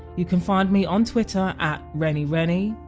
you can find me on twitter at renireni,